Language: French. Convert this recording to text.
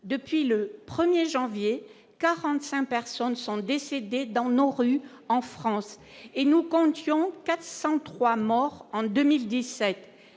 depuis le 1er janvier 45 personnes sont décédées dans nos rues en France et nous comptions 403 morts en 2017